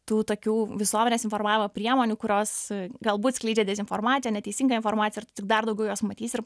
tų tokių visuomenės informavimo priemonių kurios galbūt skleidžia dezinformaciją neteisingą informaciją ir tu tik dar daugiau jos matysi ir